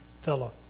fellow